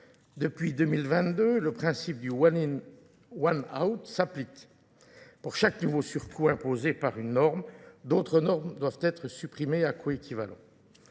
Depuis 2022, le principe du one-out s'applique. Pour chaque nouveau surcoût imposé par une norme, d'autres normes doivent être supprimées à coéquivalent.